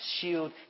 shield